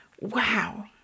Wow